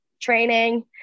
training